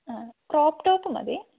ആ crop top മതി